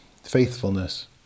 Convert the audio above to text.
Faithfulness